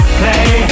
play